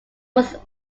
was